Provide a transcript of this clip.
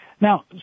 Now